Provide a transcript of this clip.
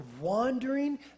wandering